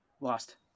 Lost